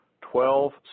twelve